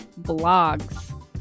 blogs